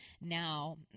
now